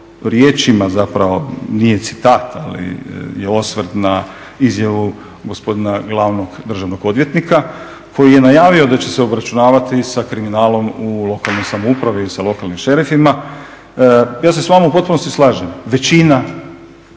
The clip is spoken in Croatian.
riječima zapravo, nije citat ali je osvrt na izjavu gospodina glavnog državnog odvjetnika, koji je najavio da će se obračunavati sa kriminalom u lokalnoj samoupravi i sa lokalnim šerifima. Ja se s vama u potpunosti slažem, većina